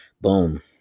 boom